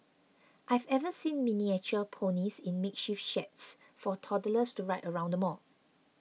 I've ever seen miniature ponies in makeshift sheds for toddlers to ride around the mall